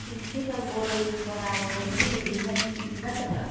ꯁꯤ ꯅꯝꯕꯣꯜ ꯕꯣꯔꯥ ꯌꯣꯟꯕ ꯏꯅꯦ ꯔꯨꯍꯤꯅꯤ ꯅꯠꯇꯕ꯭ꯔꯥ